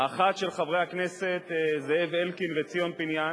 האחת, של חברי הכנסת זאב אלקין וציון פיניאן,